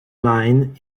line